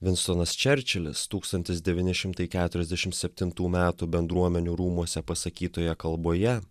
vinstonas čerčilis tūkstantis devyni šimtai keturiasdešim septintų metų bendruomenių rūmuose pasakytoje kalboje